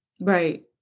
Right